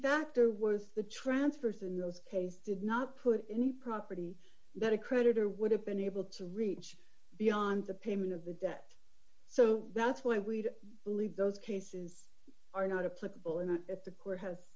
factor was the transfers in those cases did not put any property that a creditor would have been able to reach beyond the payment of the debt so that's why we believe those cases are not a political in that the court has